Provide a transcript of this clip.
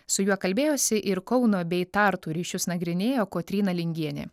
su juo kalbėjosi ir kauno bei tartu ryšius nagrinėjo kotryna lingienė